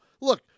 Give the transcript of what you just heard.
Look